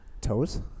toes